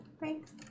thanks